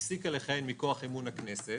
הפסיקה לכהן מכוח אמון הכנסת,